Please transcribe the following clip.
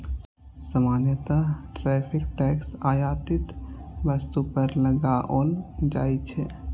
सामान्यतः tariff tax आयातित वस्तु पर लगाओल जाइ छै